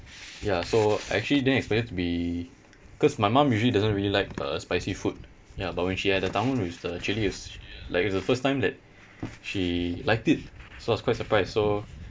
ya so I actually didn't expect it to be cause my mum usually doesn't really like uh spicy food ya but when she had the tang hoon with the chilli it's like it's the first time that she liked it so I was quite surprised so